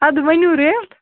اَدٕ ؤنِو ریٹ